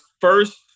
first